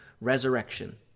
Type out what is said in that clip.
resurrection